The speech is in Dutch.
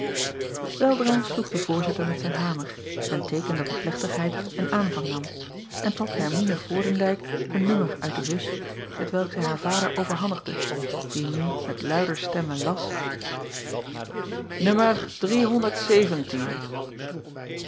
eldra sloeg de oorzitter met zijn hamer ten teeken dat de plechtigheid een aanvang nam en trok ermine oordendijk een nummer uit de bus t welk zij haar vader overhandigde die nu met luider stemme las ummer